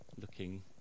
looking